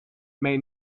may